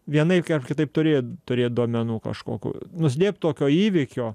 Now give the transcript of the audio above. vienaip ar kitaip turėjo turėt duomenų kažkokių nuslėpt tokio įvykio